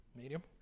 Medium